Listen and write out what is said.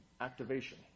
activation